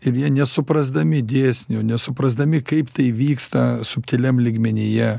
ir jie nesuprasdami dėsnio nesuprasdami kaip tai vyksta subtiliam lygmenyje